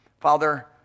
Father